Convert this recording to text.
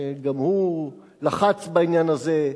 שגם הוא לחץ בעניין הזה,